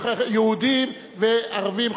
ויהודים וערבים,